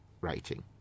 writing